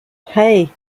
hey